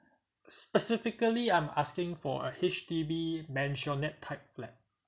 specifically I'm asking for a H_D_B maisonette type flat